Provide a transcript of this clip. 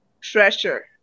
treasure